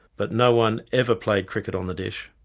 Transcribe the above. but no-one ever played cricket on the dish,